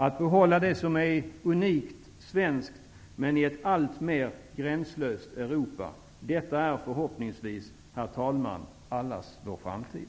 Att behålla det som är unikt svenskt i ett alltmer gränslöst Europa, är förhoppningsvis, herr talman, allas vår framtid.